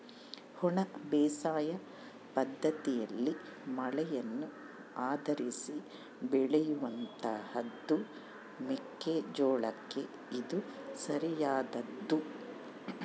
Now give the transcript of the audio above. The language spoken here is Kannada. ಒಣ ಬೇಸಾಯ ಪದ್ದತಿಯಲ್ಲಿ ಮಳೆಯನ್ನು ಆಧರಿಸಿ ಬೆಳೆಯುವಂತಹದ್ದು ಮೆಕ್ಕೆ ಜೋಳಕ್ಕೆ ಇದು ಸರಿಯಾದದ್ದು